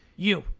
you.